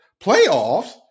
Playoffs